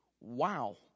Wow